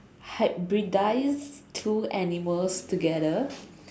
hybridise two animals together